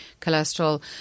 cholesterol